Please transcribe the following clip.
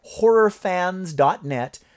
HorrorFans.net